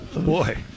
boy